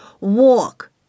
walk